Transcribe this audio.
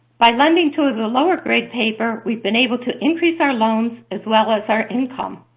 by lending to the lower-grade paper, we've been able to increase our loans as well as our income.